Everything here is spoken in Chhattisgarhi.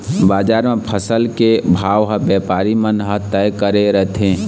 बजार म फसल के भाव ह बेपारी मन ह तय करे रथें